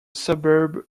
suburb